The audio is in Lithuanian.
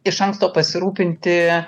iš anksto pasirūpinti